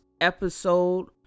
episode